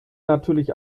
natürlich